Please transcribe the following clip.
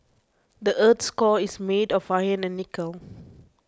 the earth's core is made of iron and nickel